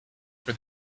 for